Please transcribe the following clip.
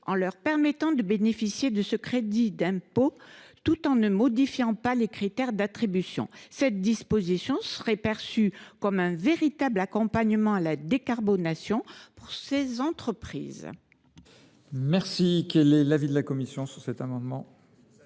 de leur permettre de bénéficier elles aussi de ce crédit d’impôt, et ce sans modifier par ailleurs les critères d’attribution. Cette disposition serait perçue comme un véritable accompagnement à la décarbonation pour ces entreprises.